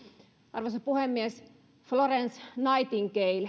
arvoisa puhemies florence nightingale